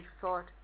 thought